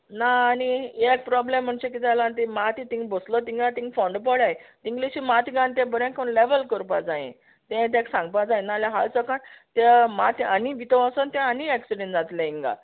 ना आनी एक प्रॉब्लम म्हुन्चे किदें जालां जाण टी माती थिंग बोसलो थिंगां थिंग फोंड पोळ्याय इल्लीशी माती गान तें बोरें कोन लॅवल कोरपा जायें तें ताका सांगपा जाय नाल्या हाल सकाळ ते माती आनी भितो वोसोन तें आनी एक्सिडण जातले हिंगां